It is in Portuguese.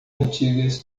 antigas